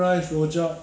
多一个我忘记了